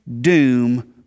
doom